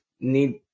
need